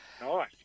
Nice